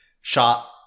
shot